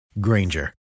Granger